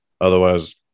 otherwise